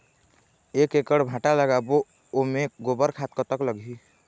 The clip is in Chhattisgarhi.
एक एकड़ भांटा लगाबो ओमे गोबर खाद कतक लगही?